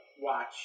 watch